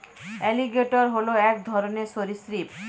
alligator হল এক রকমের সরীসৃপ